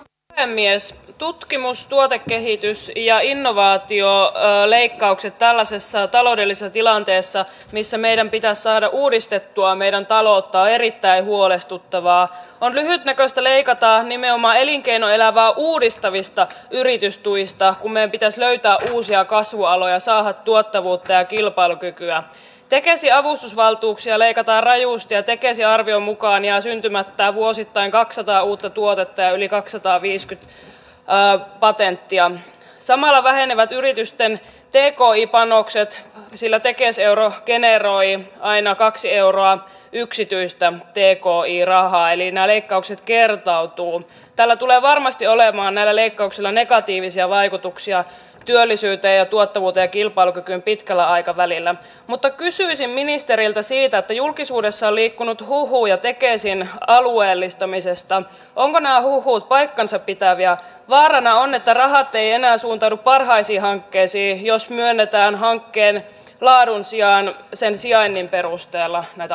kapteeni esa tutkimusluota kehittyy ja innovaatio on leikkauksen tällaisessa taloudellisessa tilanteessa missä meidän pitää saada uudistettua meidän taloutta erittäin huolestuttavaa on lyhytnäköistä leikataan nimenomaelinkeinoelämää uudistavista yritystuista kun ne pitäisi löytää uusia kasvualoja sahan tuottavuutta ja kilpailukykyä eikä asiaa valtuuksia leikata rajusti ja tekee ensiarvion mukaan jää syntymättä vuosittain kaksisataa uutta tuotetta ja yli kakssataaviiskyt jää patentti ja samalla vähenevät yritysten penkoi panokset sillä tekes euro generoi aina kaksi euroa yksityistä teekoo iii rahaa elina leikkaukset kertautuu täällä tulee varmasti olemaan näillä leikkauksilla negatiivisia vaikutuksia työllisyyteen tuottavuuteen kilpailukykyyn pitkällä aikavälillä mutta kysyisin ministeriltä siitä julkisuudessa liikkunut hallituksen esityksen peruslinjassa oikeastaan jokaisessa esityksessä lukee että raha ei enää suuntaudu parhaisiin hankkeisiin jos myönnetään hankkeen hallituksen esitys tulee lisäämään toimeentulotukiasiakkaiden määrää